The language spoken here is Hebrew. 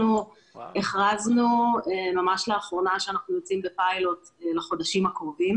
אנחנו הכרזנו ממש לאחרונה שאנחנו יוצאים בפיילוט לחודשים הקרובים